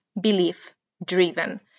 belief-driven